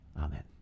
Amen